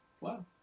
wow